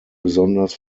besonders